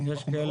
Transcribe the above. אנחנו מאוד